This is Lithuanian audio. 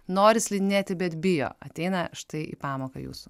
nori slidinėti bet bijo ateina štai į pamoką jūsų